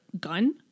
gun